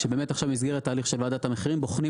שבמסגרת ההליך של ועדת המחירים בוחנים